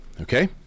Okay